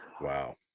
Wow